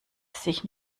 sich